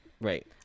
Right